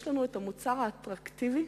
שיש לנו המוצר האטרקטיבי